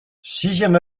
sixième